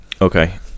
Okay